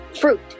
fruit